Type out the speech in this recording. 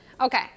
okay